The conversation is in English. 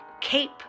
Cape